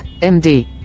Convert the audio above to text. MD